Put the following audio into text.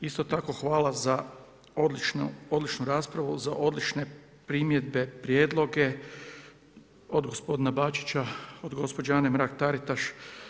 Isto tako hvala za odličnu raspravu za odlične primjedbe, prijedloge od gospodina Bačića, od gospođe Ane Mrak-Taritaš.